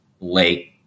late